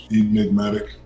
enigmatic